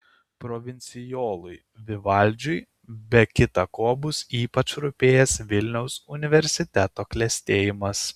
provincijolui vivaldžiui be kita ko bus ypač rūpėjęs vilniaus universiteto klestėjimas